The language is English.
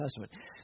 Testament